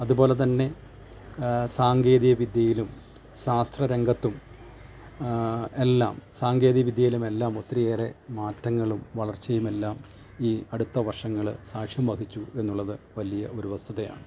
അത്പോലെ തന്നെ സാങ്കേതിക വിദ്യയിലും ശാസ്ത്രരംഗത്തും എല്ലാം സാങ്കേതിക വിദ്യയിലും എല്ലാം ഒത്തിരി ഏറെ മാറ്റങ്ങളും വളർച്ചയും എല്ലാം ഈ അടുത്ത വർഷങ്ങൾ സാക്ഷ്യം വഹിച്ചു എന്നുള്ളത് വലിയ ഒരു വസ്തുതയാണ്